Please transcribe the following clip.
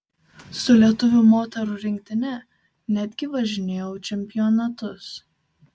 su lietuvių moterų rinktine netgi važinėjau į čempionatus